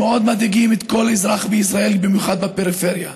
מאוד מדאיגים כל אזרח בישראל, במיוחד בפריפריה.